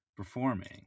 performing